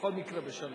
בכל מקרה, בשלוש.